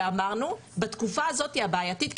ואמרנו שבתקופה הזאת הבעייתית,